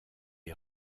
est